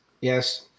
Yes